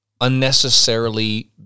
unnecessarily